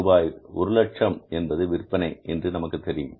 ரூபாய் ஒரு லட்சம் என்பது விற்பனை என்று நமக்கு தெரியும்